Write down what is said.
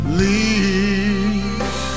leave